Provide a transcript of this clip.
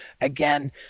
again